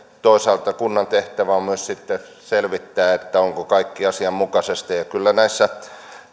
toisaalta kunnan tehtävä on myös sitten selvittää onko kaikki asianmukaisesti kyllä näissä